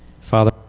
Father